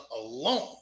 alone